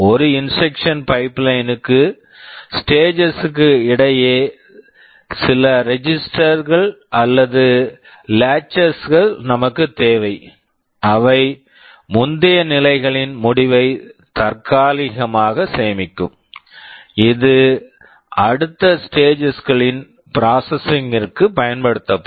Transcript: ஒரு instruction pipeline instruction pipeline க்கு stages stages களுக்கு இடையில் சில ரெஜிஸ்டர்ஸ் registers கள் அல்லது லாட்சஸ் latches கள் நமக்குத் தேவை அவை முந்தைய நிலைகளின் முடிவை தற்காலிகமாக சேமிக்கும் இது அடுத்த ஸ்டேஜஸ் stages களின் ப்ராசஸிங் processing கிற்கு பயன்படுத்தப்படும்